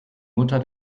mutter